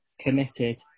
committed